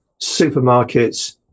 supermarkets